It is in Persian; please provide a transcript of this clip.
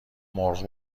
مرغ